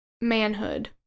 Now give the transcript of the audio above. manhood